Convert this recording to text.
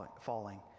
falling